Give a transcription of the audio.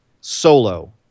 solo